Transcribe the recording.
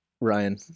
Ryan